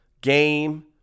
game